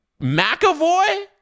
McAvoy